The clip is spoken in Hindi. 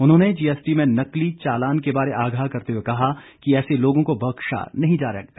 उन्होंने जीएसटी में नकली चालान के बारे आगाह करते हुए कहा कि ऐसे लोगों को बख्शा नहीं जाएगा